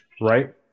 right